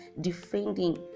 defending